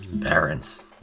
parents